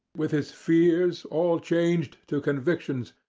with his fears all changed to convictions,